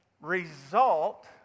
result